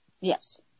Yes